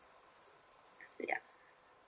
ya